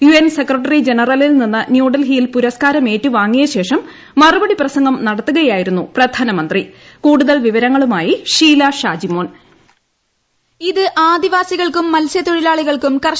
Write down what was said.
U N secretary ജനറലിൽ നിന്ന് ന്യൂഡൽഹിയിൽ പുരസ്കാരം ഏറ്റുവാങ്ങിയ ശേഷം മറുപടി പ്രസംഗം നടത്തുകയായിരുന്നു പ്രധാനമന്ത്രി കൂടുതൽ വിവരങ്ങളുമായി ഷീല ഷാജിമോൻ ഇത് ആദിവാസികൾക്കും മൃത്സ്യതൊഴിലാളികൾക്കും അംഗീകാരമാണ്